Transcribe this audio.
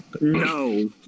No